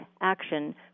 action